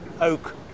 oak